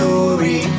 Story